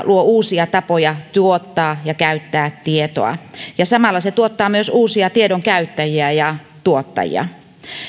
luo uusia tapoja tuottaa ja käyttää tietoa ja samalla se tuottaa myös uusia tiedon käyttäjiä ja tuottajia